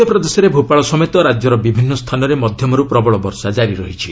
ମଧ୍ୟପ୍ରଦେଶରେ ଭୋପାଳ ସମେତ ରାଜ୍ୟର ବିଭିନ୍ନ ସ୍ଥାନରେ ମଧ୍ୟମର୍ ପ୍ରବଳ ବର୍ଷା କାରି ରହିଛି